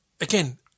again